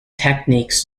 techniques